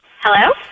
Hello